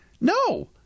No